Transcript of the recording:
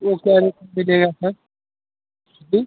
वह क्या रेट में मिलेगा सर जी